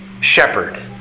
shepherd